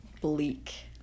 bleak